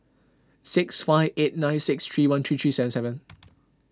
six five eight nine six three one three seven seven